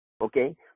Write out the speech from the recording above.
Okay